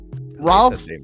Ralph